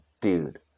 dude